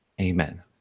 Amen